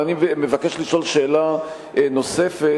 אבל אני מבקש לשאול שאלה נוספת,